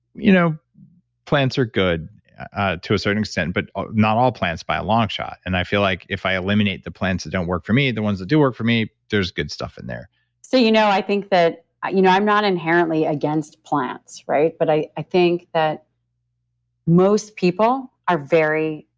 you know plants are good to a certain extent but not all plants by a long shot and i feel like if i eliminate the plants that don't work for me, the ones that do work for me, there's good stuff in there so you know, i think that you know i'm not inherently against plants. but i i think that most people are very.